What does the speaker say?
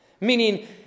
Meaning